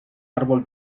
árbol